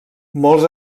molts